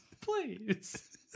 Please